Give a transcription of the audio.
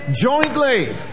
jointly